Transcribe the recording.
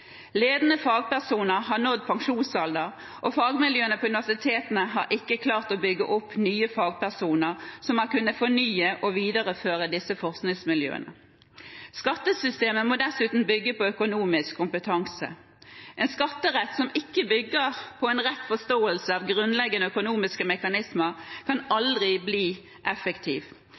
Ledende fagpersoner har nådd pensjonsalder, og fagmiljøene på universitetene har ikke klart å bygge opp nye fagpersoner som har kunnet fornye og videreføre disse forskningsmiljøene. Skattesystemet må dessuten bygge på økonomisk kompetanse. En skatterett som ikke bygger på en rett forståelse av grunnleggende økonomiske mekanismer, kan aldri bli effektiv.